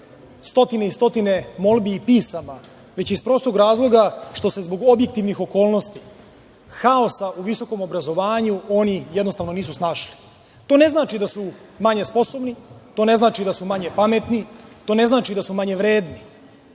stotine i stotine molbi i pisama, već iz prostog razloga što se zbog objektivnih okolnosti, haosa u visokom obrazovanju oni jednostavno nisu snašli. To ne znači da su manje sposobni. To ne znači da su manje pametni. To ne znači da su manje vredni.